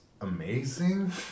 amazing